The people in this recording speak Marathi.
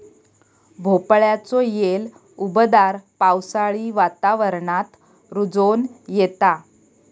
भोपळ्याचो येल उबदार पावसाळी वातावरणात रुजोन येता